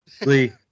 Lee